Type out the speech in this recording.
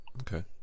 Okay